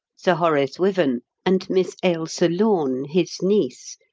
sir horace wyvern, and miss ailsa lorne, his niece,